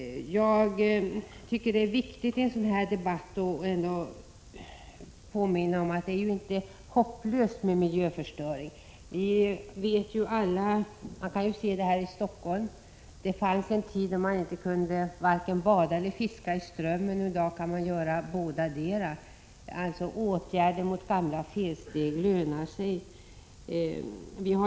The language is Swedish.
Jag tycker det är viktigt i en sådan här debatt att påminna om att det inte är hopplöst med miljöförstöring. Vi kan se det här i Stockholm. Det fanns en tid då man kunde varken bada eller fiska i Strömmen. I dag kan man göra bådadera. Åtgärder mot gamla felsteg lönar sig alltså.